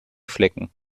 flecken